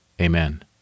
Amen